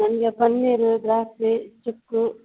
ನನ್ಗೆ ಪನ್ನೀರ್ ದ್ರಾಕ್ಷಿ ಚಿಕ್ಕು